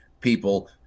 people